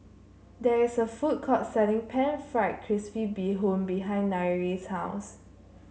there is a food court selling pan fried crispy Bee Hoon behind Nyree's house